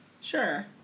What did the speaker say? Sure